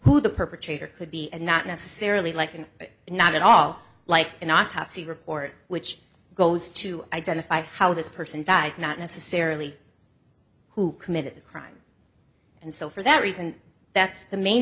who the perpetrator could be and not necessarily like and not at all like an autopsy report which goes to identify how this person died not necessarily who committed the crime and so for that reason that's the main